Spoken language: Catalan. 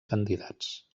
candidats